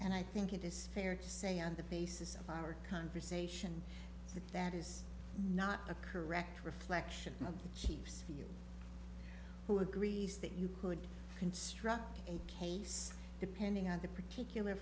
and i think it is fair to say on the basis of our conversation that that is not a correct reflection of the chiefs who agrees that you could construct a case depending on the particular